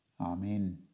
Amen